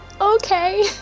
okay